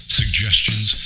suggestions